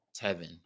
Tevin